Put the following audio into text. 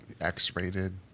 X-rated